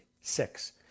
Six